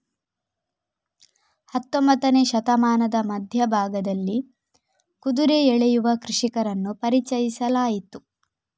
ಹತ್ತೊಂಬತ್ತನೇ ಶತಮಾನದ ಮಧ್ಯ ಭಾಗದಲ್ಲಿ ಕುದುರೆ ಎಳೆಯುವ ಕೃಷಿಕರನ್ನು ಪರಿಚಯಿಸಲಾಯಿತು